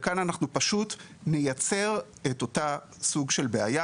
וכאן אנחנו פשוט נייצר את אותה סוג של בעיה.